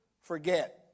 forget